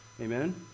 Amen